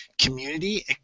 community